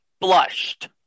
Blushed